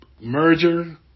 Merger